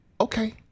okay